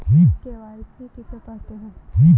KYC किसे कहते हैं?